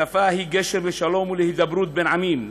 שפה היא גשר לשלום ולהידברות בין עמים.